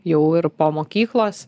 jau ir po mokyklos